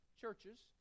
churches